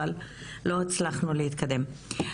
אבל לא הצלחנו להתקדם.